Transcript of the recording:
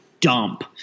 dump